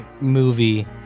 movie